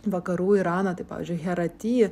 vakarų iraną kaip pavyzdžiui herati